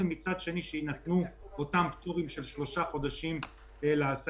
ומצד שני שיינתנו אותם פטורים של שלושה חודשים לעסקים.